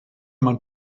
man